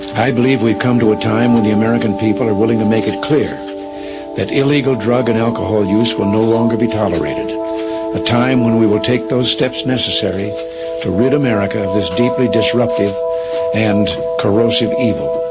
i believe we have come to a time when the american people are willing to make it clear that illegal drug and alcohol use will no longer be tolerated, a time when we will take those steps necessary to rid america of this deeply disruptive and corrosive evil.